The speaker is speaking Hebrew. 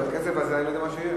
בקצב הזה אני לא יודע מה יהיה.